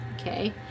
Okay